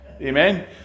Amen